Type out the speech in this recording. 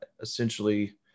essentially